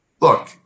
look